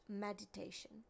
meditation